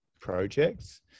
projects